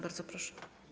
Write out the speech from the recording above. Bardzo proszę.